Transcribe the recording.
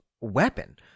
weapon—